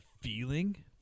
feeling